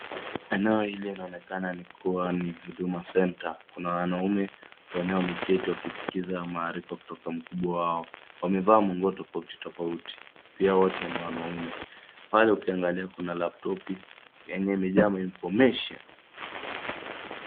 Eneo hili inaonekana kuwa ni huduma centre , kuna wanaume wenye wameketi wakiskiza maarifa kutoka kwa mkubwa wao. Wamevaa manguo tofautitofauti, pia wote ni wanaume. Pale ukiangalia kuna laptop ambayo imejaa mainformation[cs.